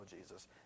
Jesus